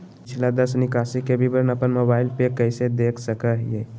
पिछला दस निकासी के विवरण अपन मोबाईल पे कैसे देख सके हियई?